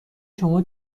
شما